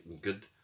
good